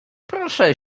proszę